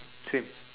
same